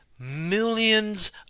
millions